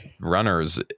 runners